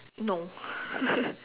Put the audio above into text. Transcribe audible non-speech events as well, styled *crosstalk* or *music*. no *laughs*